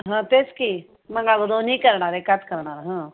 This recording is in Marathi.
हं तेच की मग आगं दोन्ही करणार एकात करणार हं